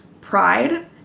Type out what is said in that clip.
pride